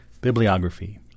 Bibliography